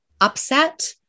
upset